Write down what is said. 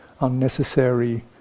unnecessary